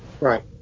Right